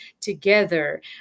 together